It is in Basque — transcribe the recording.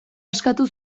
askatu